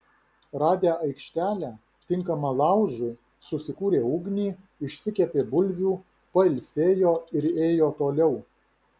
radę aikštelę tinkamą laužui susikūrė ugnį išsikepė bulvių pailsėjo ir ėjo toliau